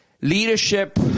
Leadership